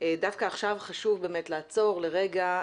דווקא עכשיו חשוב לעצור לרגע,